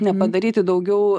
nepadaryti daugiau